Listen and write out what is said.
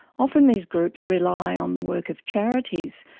often these groups rely on the work of charities.